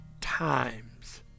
times